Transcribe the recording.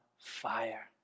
fire